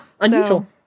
unusual